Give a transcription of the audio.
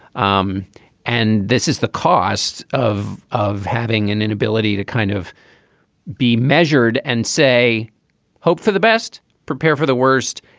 um and this is the cost of of having an inability to kind of be measured and say hope for the best, prepare for the worst.